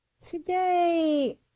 Today